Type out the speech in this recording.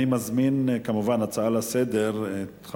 נעבור להצעה לסדר-היום בנושא: כישלון המלחמה בסמים,